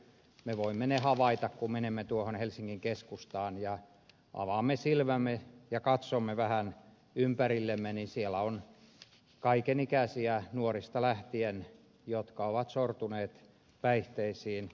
me voimme ne havaita kun menemme tuohon helsingin keskustaan ja avaamme silmämme ja katsomme vähän ympärillemme siellä on kaiken ikäisiä nuorista lähtien jotka ovat sortuneet päihteisiin